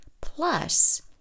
plus